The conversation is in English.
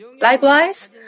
Likewise